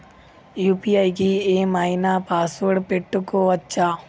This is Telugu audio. యూ.పీ.ఐ కి ఏం ఐనా పాస్వర్డ్ పెట్టుకోవచ్చా?